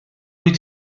wyt